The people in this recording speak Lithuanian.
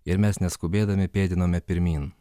ir mes neskubėdami pėdinome pirmyn